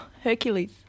Hercules